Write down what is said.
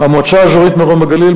המועצה האזורית מרום הגליל,